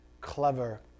clever